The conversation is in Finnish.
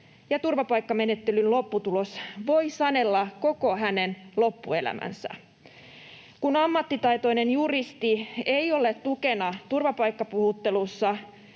turvapaikkamenettelyn lopputulos voi sanella koko hänen loppuelämänsä. Kun ammattitaitoinen juristi ei ole tukena turvapaikkapuhuttelussa,